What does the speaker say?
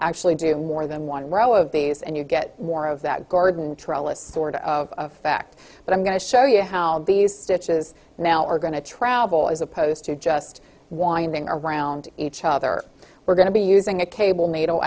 actually do more than one row of these and you get more of that garden trellis sort of effect but i'm going to show you how these stitches now are going to travel as opposed to just winding around each other we're going to be using a cable n